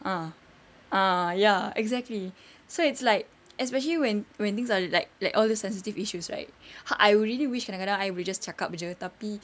ah uh ya exactly so it's like especially when when things are like like all these sensitive issues right I really wish kadang-kadang I boleh just cakap jer tapi